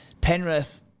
penrith